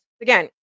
Again